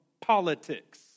politics